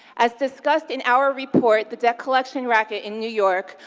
as discussed in our report, the debt collection racket in new york,